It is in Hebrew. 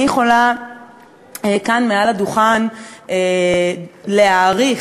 אני יכולה כאן, מעל הדוכן, להעריך,